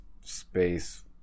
space